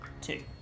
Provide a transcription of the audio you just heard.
two